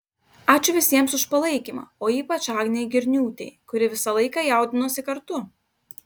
ačiū visiems už palaikymą o ypač agnei girniūtei kuri visą laiką jaudinosi kartu